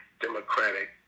Democratic